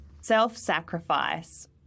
self-sacrifice